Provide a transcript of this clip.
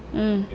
mm